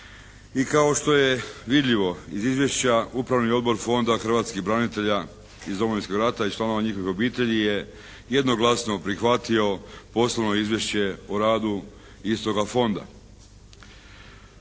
I kao što je vidljivo iz izvješća Upravni odbor Fonda hrvatskih branitelja iz Domovinskog rata i članova njihovih obitelji je jednoglasno prihvatio poslovno izvješće o radu istoga fonda.